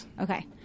okay